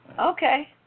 okay